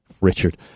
Richard